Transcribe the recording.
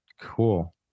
cool